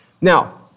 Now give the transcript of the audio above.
Now